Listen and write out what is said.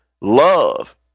love